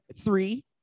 three